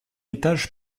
étage